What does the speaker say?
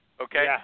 Okay